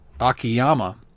Akiyama